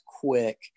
quick